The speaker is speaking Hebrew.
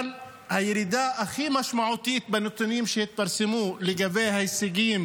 אבל הירידה הכי משמעותית בנתונים שהתפרסמו לגבי ההישגים